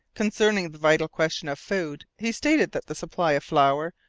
concerning the vital question of food, he stated that the supply of flour,